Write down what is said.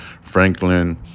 Franklin